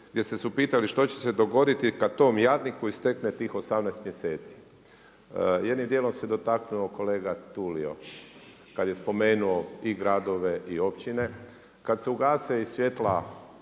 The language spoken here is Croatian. gdje ste se upitali što će se dogoditi kada tom jadniku istekne tih 18 mjeseci. Jednim dijelom se dotaknuo kolega Tulio kada je spomenuo i gradove i općine, kada se ugase i svjetla